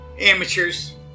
Amateurs